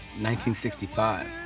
1965